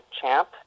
Champ